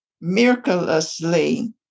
miraculously